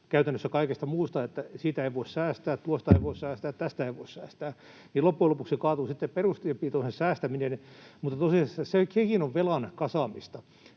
käytännössä kaikesta muusta — että siitä ei voi säästää, tuosta ei voi säästää, tästä ei voi säästää — niin loppujen lopuksi kaatuu sitten perustienpitoon se säästäminen. Mutta tosiasiassa sekin on velan kasaamista.